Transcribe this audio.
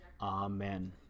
Amen